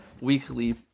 weekly